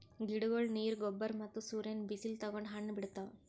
ಗಿಡಗೊಳ್ ನೀರ್, ಗೊಬ್ಬರ್ ಮತ್ತ್ ಸೂರ್ಯನ್ ಬಿಸಿಲ್ ತಗೊಂಡ್ ಹಣ್ಣ್ ಬಿಡ್ತಾವ್